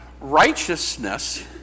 righteousness